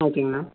ஓகேங்கண்ணா